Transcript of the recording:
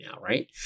right